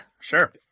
Sure